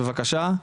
אז בבקשה.